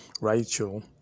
Rachel